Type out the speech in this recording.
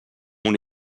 una